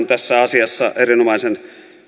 tässä asiassa erinomaisen